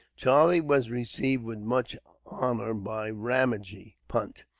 charlie was received with much honor by ramajee punt,